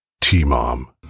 T-M-O-M